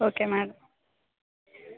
okay madam